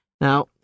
Now